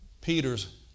Peter's